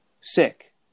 sick